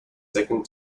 second